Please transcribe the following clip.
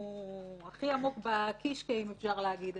שהנושא הזה